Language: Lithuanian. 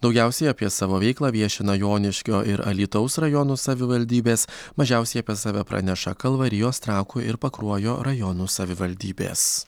daugiausiai apie savo veiklą viešina joniškio ir alytaus rajonų savivaldybės mažiausiai apie save praneša kalvarijos trakų ir pakruojo rajonų savivaldybės